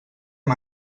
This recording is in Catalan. amb